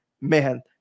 man